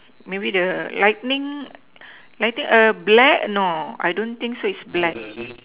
maybe the lightning lighting black no I don't think so it's black